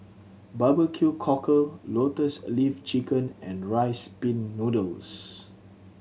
bbq cockle Lotus Leaf Chicken and Rice Pin Noodles